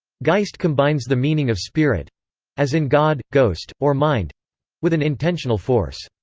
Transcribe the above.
geist combines the meaning of spirit as in god, ghost, or mind with an intentional force.